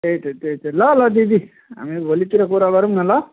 त्यही त त्यही त ल ल दिदी हामी भोलितिर कुरा गरौँ न ल